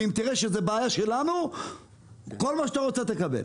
ואם תראה שזאת בעיה שלנו כל מה שאתה רוצה תקבל.